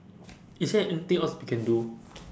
is there anything else we can do